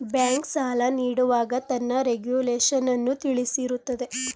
bank, ಸಾಲ ನೀಡುವಾಗ ತನ್ನ ರೆಗುಲೇಶನ್ನನ್ನು ತಿಳಿಸಿರುತ್ತದೆ